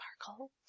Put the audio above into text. Sparkle